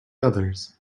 others